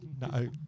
No